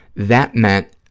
that meant